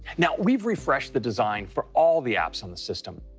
now we've refreshed the design for all the apps on the system,